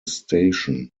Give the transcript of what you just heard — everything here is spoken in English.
station